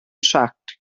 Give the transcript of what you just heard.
track